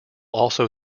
also